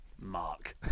Mark